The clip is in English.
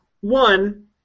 One